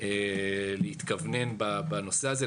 להתכוונן בנושא הזה,